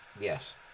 Yes